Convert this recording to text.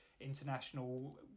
international